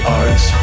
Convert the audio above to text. arts